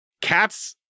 Cats